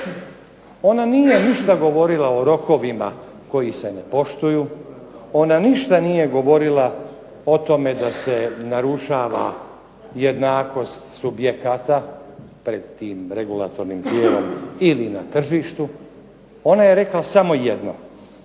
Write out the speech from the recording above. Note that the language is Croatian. Ona nije ništa govorila o rokovima koji se ne poštuju, ona ništa nije govorila o tome da se narušava jednakost subjekata pred tim regulatornim tijelom ili na tržištu. Ona je rekla samo jedno: